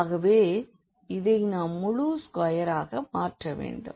ஆக்வே இதை நாம் ஒரு முழு ஸ்கோயராக மாற்ற வேண்டும்